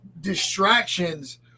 distractions